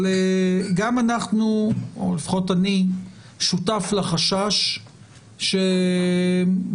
גם אנחנו או לפחות אני שותף לחשש שברגע